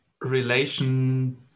relation